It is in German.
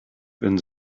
wenn